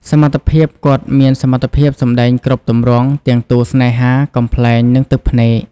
សមត្ថភាព គាត់មានសមត្ថភាពសម្ដែងគ្រប់ទម្រង់ ទាំងតួស្នេហា កំប្លែង និងទឹកភ្នែក។